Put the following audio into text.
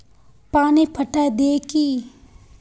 पानी पटाय दिये की?